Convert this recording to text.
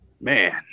Man